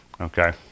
Okay